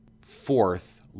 fourth